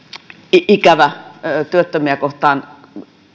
ikävä työttömiä kohtaan